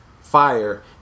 Fire